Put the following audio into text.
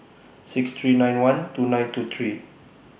six three nine one two nine two three